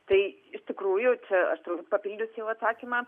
tai iš tikrųjų čia aš turbūt papildysiu jau atsakymą